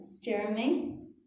Jeremy